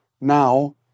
now